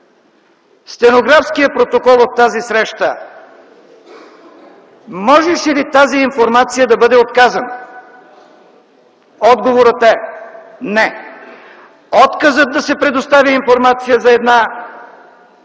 стенографския протокол от тази среща, можеше ли тази информация да бъде отказана? Отговорът е – не! Отказът да се предостави информация за една